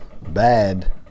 Bad